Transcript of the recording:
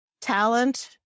talent